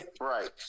Right